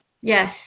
yes